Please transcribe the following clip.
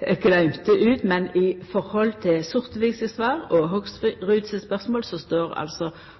har gløymt. Men når det gjeld svaret til Sortevik, og Hoksruds spørsmål, står altså